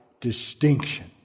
distinction